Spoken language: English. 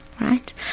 right